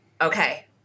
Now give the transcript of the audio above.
Okay